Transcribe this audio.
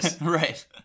right